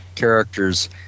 Characters